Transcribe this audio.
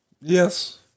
Yes